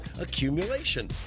accumulation